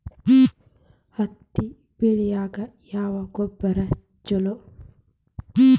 ಹತ್ತಿ ಬೆಳಿಗ ಯಾವ ಗೊಬ್ಬರ ಛಲೋ?